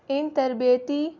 ان تربیتی